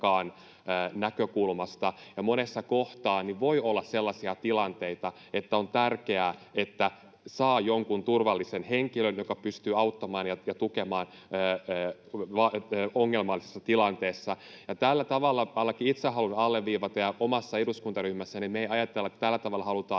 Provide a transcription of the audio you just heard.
monessa kohtaa voi olla sellaisia tilanteita, että on tärkeää, että saa jonkun turvallisen henkilön, joka pystyy auttamaan ja tukemaan ongelmallisessa tilanteessa. Tällä tavalla ainakin itse haluan alleviivata, etten ajattele — ja omassa eduskuntaryhmässä me ei ajatella — että tällä tavalla halutaan